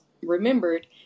remembered